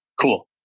Cool